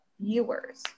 viewers